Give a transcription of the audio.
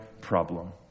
problem